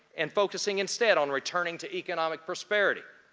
and focusing instead on returning to economic prosperity.